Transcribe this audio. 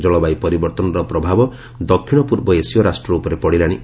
ଜଳବାୟୁ ପରିବର୍ତ୍ତନର ପ୍ରଭାବ ଦକ୍ଷିଣ ପୂର୍ବ ଏସୀୟ ରାଷ୍ଟ୍ର ଉପରେ ପଡ଼ିଲାଣି